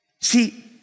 See